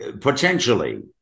potentially